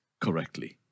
correctly